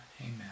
Amen